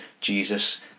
Jesus